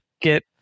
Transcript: get